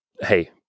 hey